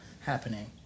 happening